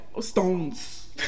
stones